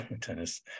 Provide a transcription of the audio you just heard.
tennis